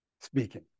speaking